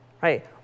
right